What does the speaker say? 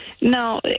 No